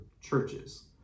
churches